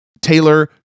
Taylor